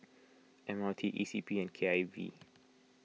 M R T E C P and K I V